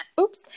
Oops